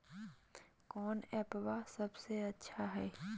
कौन एप्पबा सबसे अच्छा हय?